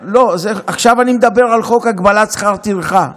עכשיו אני מדבר על חוק הגבלת שכר טרחה.